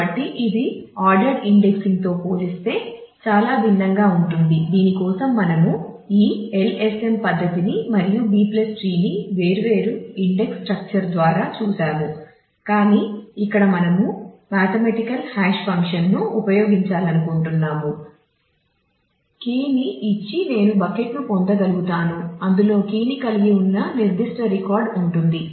కాబట్టి ఇది ఆర్డెర్డ్ ఇండెక్సింగ్ని ఇచ్చి నేను బకెట్ను పొందగలుగుతాను అందులో కీని కలిగి ఉన్న నిర్దిష్ట రికార్డ్ ఉంటుంది